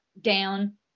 down